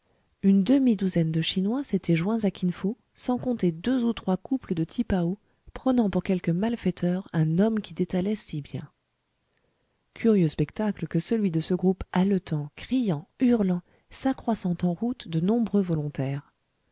une demi-douzaine de chinois s'étaient joints à kin fo sans compter deux ou trois couples de tipaos prenant pour quelque malfaiteur un homme qui détalait si bien curieux spectacle que celui de ce groupe haletant criant hurlant s'accroissant en route de nombreux volontaires